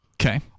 Okay